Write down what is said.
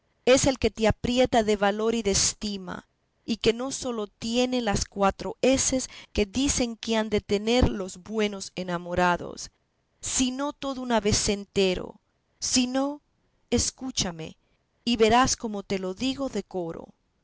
es el que te aprieta de valor y de estima y que no sólo tiene las cuatro eses que dicen que han de tener los buenos enamorados sino todo un abc entero si no escúchame y verás como te le digo de coro